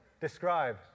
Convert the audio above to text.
Describe